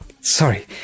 sorry